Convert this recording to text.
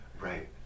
Right